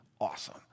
awesome